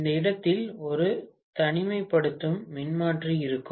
இந்த இடத்தில் ஒரு தனிமைப்படுத்தும் மின்மாற்றி இருக்கும்